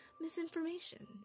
misinformation